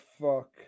fuck